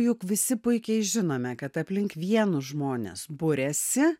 juk visi puikiai žinome kad aplink vien žmonės buriasi